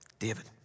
David